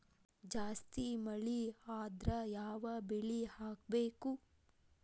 ಜಾಸ್ತಿ ಮಳಿ ಆದ್ರ ಯಾವ ಬೆಳಿ ಹಾಕಬೇಕು?